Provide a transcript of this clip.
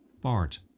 Bart